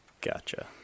Gotcha